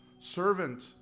servant